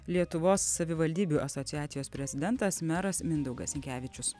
lietuvos savivaldybių asociacijos prezidentas meras mindaugas sinkevičius